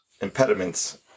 impediments